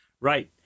Right